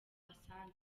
asante